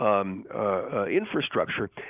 infrastructure